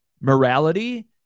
morality